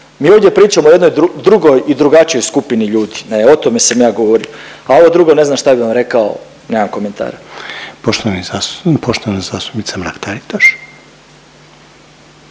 Mi ovdje pričamo o jednoj drugoj i drugačijoj skupni ljudi, e o tome sam ja govorio. A ovo drugo ne znam šta bi vam rekao, nemam komentara. **Reiner,